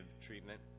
treatment